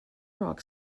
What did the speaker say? rock